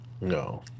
No